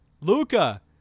Luca